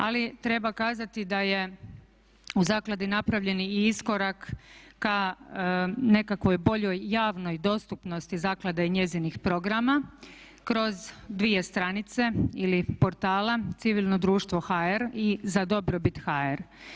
Ali treba kazati da je u zakladi napravljen i iskorak ka nekakvoj boljoj javnost dostupnosti zaklade i njezinih programa kroz dvije stranice ili portala civilno društvo hr. i za dobrobit hr.